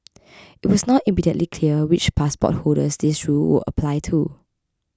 it was not immediately clear which passport holders this rule would apply to